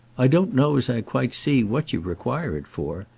i don't know as i quite see what you require it for.